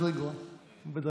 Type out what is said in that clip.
תמיד רגועה בדרכך.